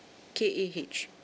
K A H